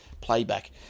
playback